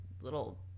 little